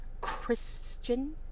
Christian